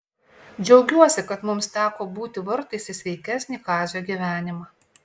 džiaugiuosi kad mums teko būti vartais į sveikesnį kazio gyvenimą